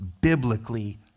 biblically